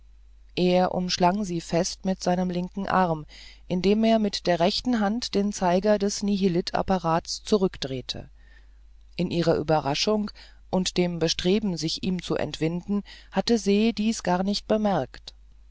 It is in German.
er umschlang sie fest mit seinem linken arm indem er mit der rechten hand den zeiger des nihilitapparates zurückdrehte in ihrer überraschung und dem bestreben sich ihm zu entwinden hatte se dies gar nicht bemerkt